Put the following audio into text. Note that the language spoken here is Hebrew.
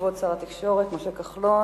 כבוד שר התקשורת משה כחלון,